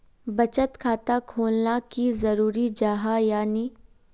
बचत खाता खोलना की जरूरी जाहा या नी?